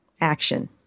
action